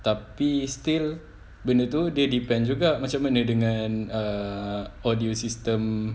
tapi still benda tu dia depend juga macam mana dengan uh audio system